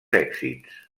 èxits